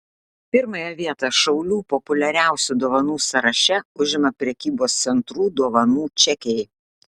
pirmąją vietą šaulių populiariausių dovanų sąraše užima prekybos centrų dovanų čekiai